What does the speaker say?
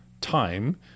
time